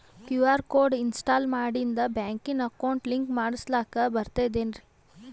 QR code install ಮಾಡಿಂದ ಬ್ಯಾಂಕಿನ account link ಮಾಡಸ್ಲಾಕ ಬರ್ತದೇನ್ರಿ